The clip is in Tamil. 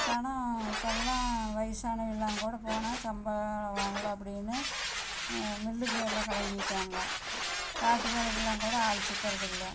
சனோம் இப்போல்லாம் வயிசானவங்கெல்லாங்கூட போனால் சம்பளம் வாங்கலாம் அப்படின்னு மில்லுக்கு வெளில கிளப்பிட்டாங்க காட்டு வேலைக்கெல்லாம்கூட ஆள் சிக்கிறதுல்ல